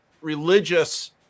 religious